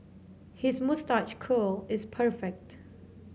his moustache curl is perfect